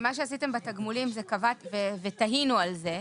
מה שעשיתם בתגמולים ותהינו על זה,